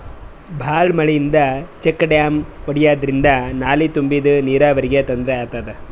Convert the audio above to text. ಭಾಳ್ ಮಳಿಯಿಂದ check dam ಒಡ್ಯಾದ್ರಿಂದ ನಾಲಿ ತುಂಬಾದು ನೀರಾವರಿಗ್ ತೊಂದ್ರೆ ಆತದ